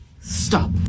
Stop